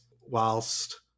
whilst